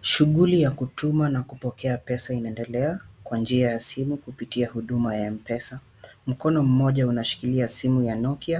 Shughuli ya kutuma na kupokea pesa unaendelea kwa njia ya simu kupitia njia ya mpesa. Mkono mmoja unashikilia simu ya Nokia